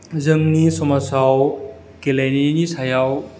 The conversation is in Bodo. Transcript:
जोंनि समाजाव गेलेनायनि सायाव